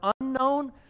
unknown